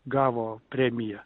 gavo premiją